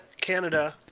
Canada